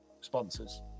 sponsors